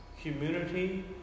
community